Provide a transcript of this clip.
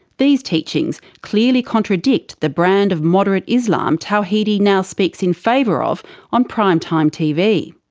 these teachings clearly contradict the brand of moderate islam tawhidi now speaks in favour of on prime time tv.